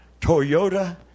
Toyota